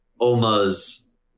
Oma's